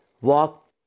walk